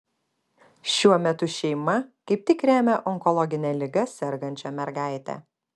šiuo metu šeima kaip tik remia onkologine liga sergančią mergaitę